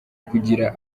kugira